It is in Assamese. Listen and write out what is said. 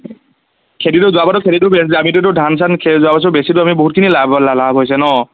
খেতিটো যােৱাবাৰটো খেতিটো বেছি আমিতোটো ধান চান যোৱা বছৰ বেছিলোঁ আমি বহুতখিনি লাভ লাভ হৈছে ন